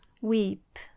weep